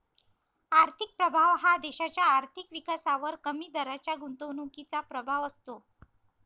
आर्थिक प्रभाव हा देशाच्या आर्थिक विकासावर कमी दराच्या गुंतवणुकीचा प्रभाव असतो